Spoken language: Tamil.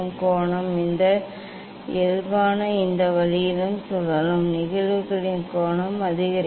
கோணம் இந்த இயல்பானது இந்த வழியில் சுழலும் நிகழ்வுகளின் கோணம் அதிகரிக்கும்